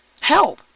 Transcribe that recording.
help